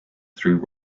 through